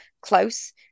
close